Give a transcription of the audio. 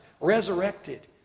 resurrected